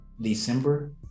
December